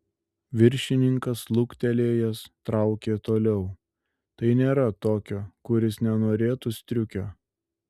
viršininkas luktelėjęs traukė toliau tai nėra tokio kuris nenorėtų striukio